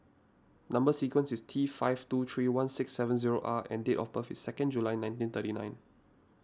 Number Sequence is T five two three one six seven zero R and date of birth is second July nineteen thirty nine